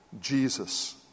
Jesus